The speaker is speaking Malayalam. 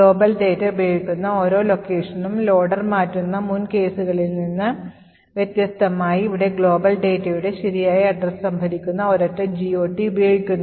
Global ഡാറ്റ ഉപയോഗിക്കുന്ന ഓരോ locationഉം ലോഡർ മാറ്റുന്ന മുൻ കേസുകളിൽ നിന്ന് വ്യത്യസ്തമായി ഇവിടെ global ഡാറ്റയുടെ ശരിയായ address സംഭരിക്കുന്ന ഒരൊറ്റ GOT ഉപയോഗിക്കുന്നു